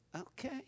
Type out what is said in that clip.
okay